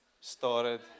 started